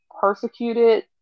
persecuted